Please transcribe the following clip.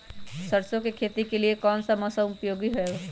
सरसो की खेती के लिए कौन सा मौसम उपयोगी है?